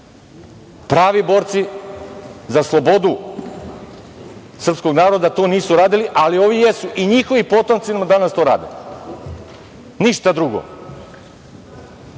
pravi borci za slobodu srpskog naroda to nisu radili, ali ovi jesu i njihovi potomci nam danas to rade, ništa drugo.